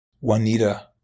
Juanita